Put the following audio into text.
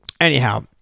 anyhow